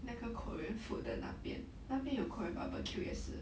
那个 korean food 的那边那边有 korean barbecue 也是